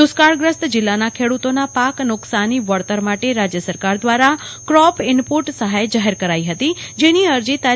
દુષ્કાળગ્રસ્ત જીલ્લાના ખેડૂતોના પાક નુકસાની વળતર માટે સરકાર દ્વારા ક્રોપ ઈનપુટ સહાય જાહેર કરાઈ હતી જેની અરજી તા